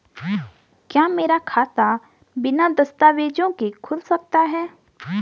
क्या मेरा खाता बिना दस्तावेज़ों के खुल सकता है?